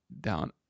down